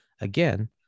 Again